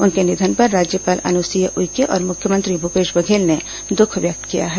उनके निधन पर राज्यपाल अनुसुईया उइके और मुख्यमंत्री भूपेश बघेल ने दुख व्यक्त किया है